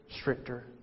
stricter